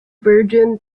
virgin